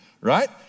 right